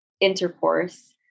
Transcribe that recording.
intercourse